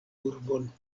urbon